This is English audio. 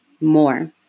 more